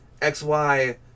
XY